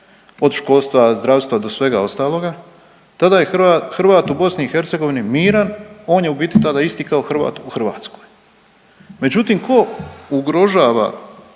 od školstva, zdravstva do svega ostaloga tada je Hrvat u BiH miran, on je u biti tada isti kao Hrvat u Hrvatskoj. Međutim, ko ugrožava tu